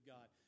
God